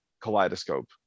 Kaleidoscope